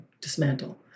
dismantle